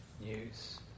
news